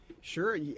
Sure